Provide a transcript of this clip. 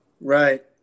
Right